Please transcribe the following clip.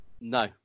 No